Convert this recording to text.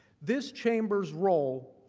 this chamber's role,